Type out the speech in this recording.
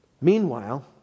Meanwhile